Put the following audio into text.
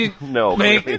No